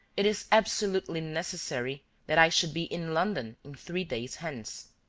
it is absolutely necessary that i should be in london in three days hence.